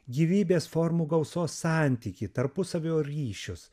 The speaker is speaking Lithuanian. gyvybės formų gausos santykį tarpusavio ryšius